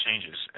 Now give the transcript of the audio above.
changes